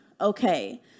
okay